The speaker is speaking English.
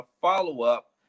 follow-up